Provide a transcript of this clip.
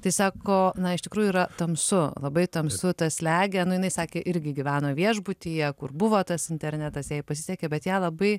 tai sako na iš tikrųjų yra tamsu labai tamsu tas slegia nu jinai sakė irgi gyveno viešbutyje kur buvo tas internetas jai pasisekė bet ją labai